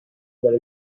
what